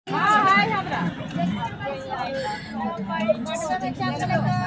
छेद, दरार कें बंद करू आ कीड़ाक नुकाय बला जगह कें खत्म करू